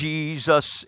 Jesus